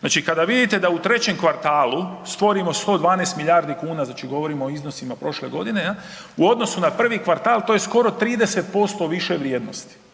Znači kada vidite da u trećem kvartalu stvorimo 112 milijardi kuna, znači govorimo o iznosima prošle godine u odnosu na prvi kvartal to je skoro 30% više vrijednosti,